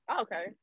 okay